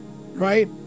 Right